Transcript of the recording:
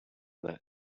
that